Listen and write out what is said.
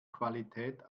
qualität